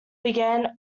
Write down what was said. began